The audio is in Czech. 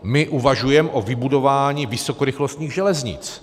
My uvažujeme o vybudování vysokorychlostních železnic.